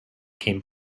came